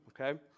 Okay